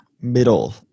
middle